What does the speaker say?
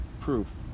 proof